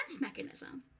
mechanism